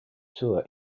tour